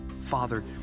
father